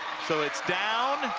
so it's down.